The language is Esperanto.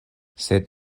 sed